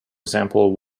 example